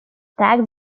tax